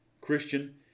Christian